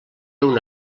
una